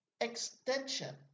extension